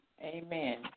Amen